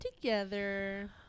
together